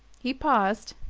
he paused,